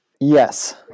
Yes